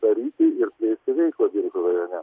daryti ir plėsti veiklą biržų rajone